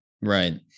Right